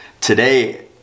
today